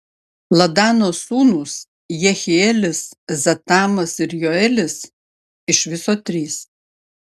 ladano sūnūs jehielis zetamas ir joelis iš viso trys